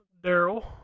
Daryl